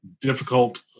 difficult